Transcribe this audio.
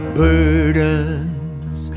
burdens